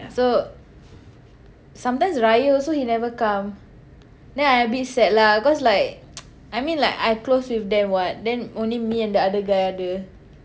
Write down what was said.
so sometimes raya also he never come then I a bit sad lah cause like I mean like I close with them [what] then only me and the other guy ada